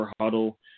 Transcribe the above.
Huddle